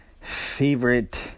favorite